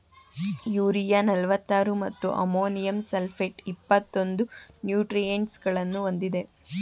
urea ನಲ್ವತ್ತಾರು ಮತ್ತು ammonium sulphate ಇಪ್ಪತ್ತೊಂದು ನ್ಯೂಟ್ರಿಯೆಂಟ್ಸಗಳನ್ನು ಹೊಂದಿದೆ